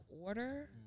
order